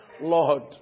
Lord